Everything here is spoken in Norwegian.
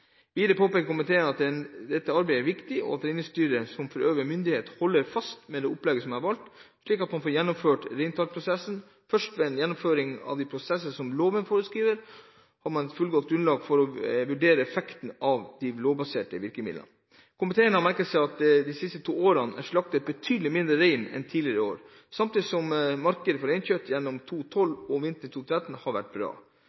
Videre påpeker komiteen at det i dette arbeidet er viktig at Reindriftsstyret og øvrige myndigheter holder fast ved det opplegget som er valgt, slik at man får gjennomført reintallsprosessen. Først ved en gjennomføring av de prosesser som loven foreskriver, har man et fullgodt grunnlag for å vurdere effekten av de lovbaserte virkemidlene. Komiteen har merket seg at det de siste to årene er slaktet betydelig færre rein enn tidligere år, samtidig som markedet for reinkjøtt gjennom høsten 2012 og vinteren 2013 har vært bra.